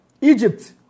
Egypt